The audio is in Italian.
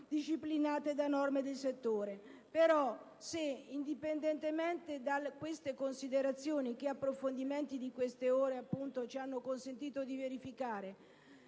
disciplinate da norme di settore. Se però - indipendentemente da queste considerazioni, che approfondimenti di queste ore ci hanno consentito di verificare